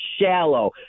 shallow